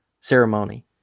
ceremony